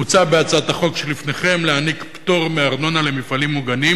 מוצע בהצעת החוק שלפניכם להעניק פטור מארנונה למפעלים מוגנים,